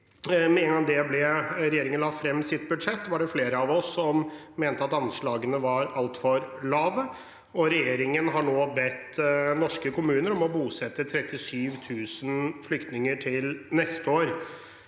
med en gang regjeringen la frem sitt budsjett, mente at anslagene var altfor lave. Regjeringen har nå bedt norske kommuner om å bosette 37 000 flyktninger neste år.